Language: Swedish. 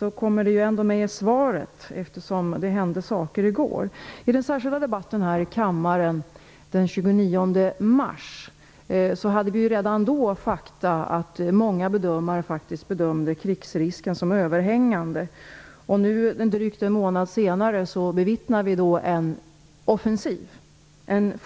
men det kommer ändå med i svaret, eftersom det hände saker i går. Redan vid den särskilda debatten här i kammaren den 29 mars bedömde faktiskt många krigsrisken som överhängande. Nu, drygt en månad senare, bevittnar vi en offensiv.